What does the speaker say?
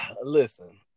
Listen